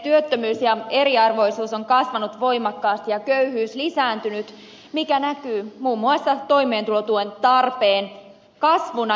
työttömyys ja eriarvoisuus on kasvanut voimakkaasti ja köyhyys lisääntynyt mikä näkyy muun muassa toimeentulotuen tarpeen kasvuna